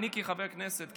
אני כחבר כנסת,